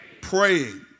Praying